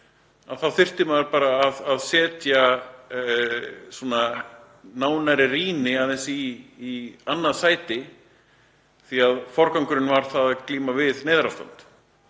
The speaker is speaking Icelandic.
þá þurfti maður bara að setja nánari rýni aðeins í annað sæti því að forgangurinn var að glíma við neyðarástand